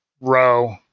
row